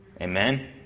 Amen